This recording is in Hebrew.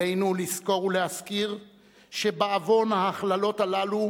עלינו לזכור ולהזכיר שבעוון ההכללות הללו